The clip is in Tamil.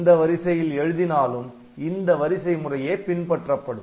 எந்த வரிசையில் எழுதினாலும் இந்த வரிசை முறையே பின்பற்றப்படும்